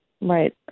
Right